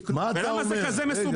מה אתה אומר --- ולמה זה כזה מסובך?